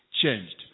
changed